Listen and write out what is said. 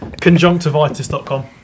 Conjunctivitis.com